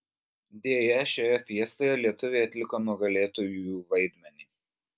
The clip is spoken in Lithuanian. deja šioje fiestoje lietuviai atliko nugalėtųjų vaidmenį